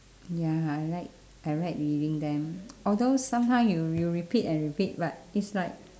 ya I like I like reading them although sometime you'll you'll repeat and repeat but it's like